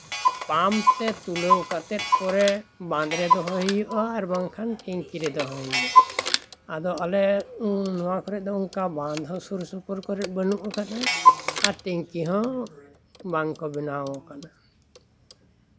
pump ᱛᱮ ᱛᱩᱞᱟᱹᱣ ᱠᱟᱛᱮᱜ ᱯᱚᱨᱮ ᱵᱟᱸᱫᱷᱨᱮ ᱫᱚᱦᱚᱭ ᱦᱩᱭᱩᱜᱼᱟ ᱟᱨ ᱵᱟᱝᱠᱷᱟᱱ ᱴᱮᱝᱠᱤ ᱨᱮ ᱫᱚᱦᱚᱭ ᱦᱩᱭᱩᱜᱼᱟ ᱟᱫᱚ ᱟᱞᱮ ᱱᱚᱣᱟ ᱠᱚᱨᱮᱜ ᱫᱚ ᱚᱱᱠᱟᱱ ᱵᱟᱸᱫᱷ ᱦᱚᱸ ᱥᱩᱨ ᱥᱩᱯᱩᱨ ᱠᱚᱨᱮᱜ ᱵᱟᱹᱱᱩᱜ ᱠᱟᱫᱟ ᱟᱨ ᱴᱮᱝᱠᱤ ᱦᱚᱸ ᱵᱟᱝᱠᱚ ᱵᱮᱱᱟᱣ ᱠᱟᱫᱟ